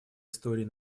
истории